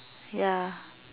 ya